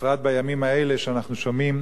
בפרט בימים האלה שאנחנו שומעים